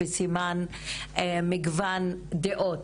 בסימן מגוון דעות,